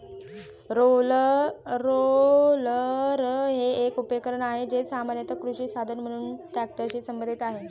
roller हे एक उपकरण आहे, जे सामान्यत कृषी साधन म्हणून ट्रॅक्टरशी संबंधित आहे